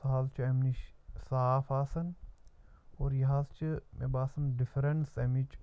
سُہ حظ چھُ اَمہِ نِش صاف آسان اور یہِ حظ چھِ مےٚ باسان ڈِفرَنٕس اَمِچ